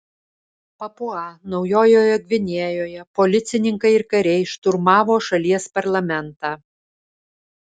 papua naujojoje gvinėjoje policininkai ir kariai šturmavo šalies parlamentą